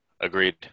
Agreed